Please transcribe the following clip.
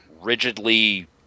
rigidly